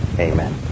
Amen